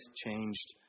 changed